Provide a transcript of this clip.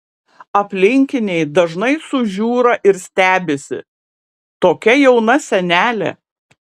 aplinkiniai dažnai sužiūra ir stebisi tokia jauna senelė